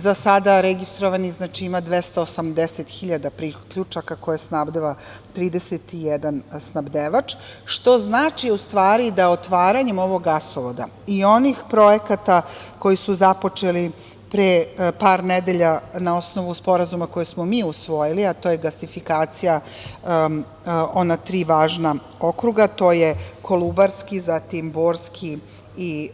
Za sada registrovanih ima 280 hiljada priključaka koje snabdeva 31 snabdevač, što znači, da otvaranjem ovog gasovoda, i onih projekata koji su započeli pre par nedelja na osnovu Sporazuma koji smo mi osvojili, a to je gasifikacija ona tri važna okruga, to je Kolubarski, Borski i